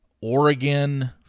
Oregon